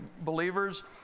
believers